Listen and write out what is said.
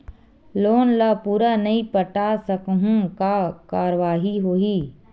Loan ला पूरा नई पटा सकहुं का कारवाही होही?